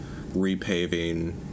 repaving